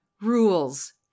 rules